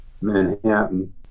Manhattan